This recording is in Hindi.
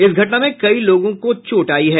इस घटना में कई लोगों को चोट आयी है